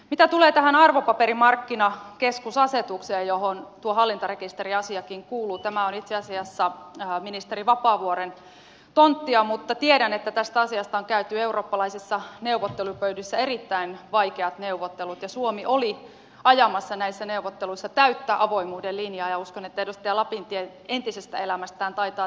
mitä tulee tähän arvopaperimarkkinakeskusasetukseen johon tuo hallintarekisteriasiakin kuuluu tämä on itse asiassa ministeri vapaavuoren tonttia mutta tiedän että tästä asiasta on käyty eurooppalaisissa neuvottelupöydissä erittäin vaikeat neuvottelut ja suomi oli ajamassa näissä neuvotteluissa täyttä avoimuuden linjaa ja uskon että edustaja lapintie entisestä elämästään taitaa tämänkin asian tietää